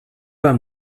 pas